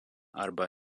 arba